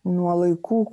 nuo laikų